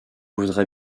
voudrais